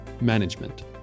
management